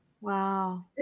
wow